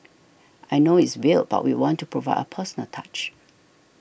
I know it's weird but we want to provide a personal touch